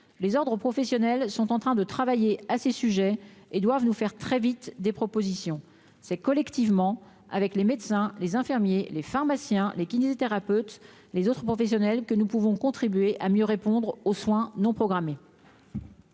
les ordres professionnels sont en train de travailler à ces sujets et doivent nous faire très vite des propositions c'est collectivement avec les médecins, les infirmiers et les pharmaciens, les kinésithérapeutes, les autres professionnels que nous pouvons contribuer à mieux répondre aux soins non programmés.